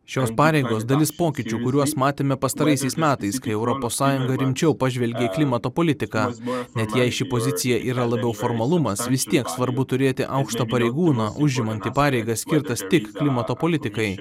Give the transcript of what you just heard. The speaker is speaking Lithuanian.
šios pareigos dalis pokyčių kuriuos matėme pastaraisiais metais kai europos sąjunga rimčiau pažvelgė į klimato politiką net jei ši pozicija yra labiau formalumas vis tiek svarbu turėti aukštą pareigūną užimantį pareigas skirtas tik klimato politikai